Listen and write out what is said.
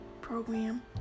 program